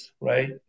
right